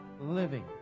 living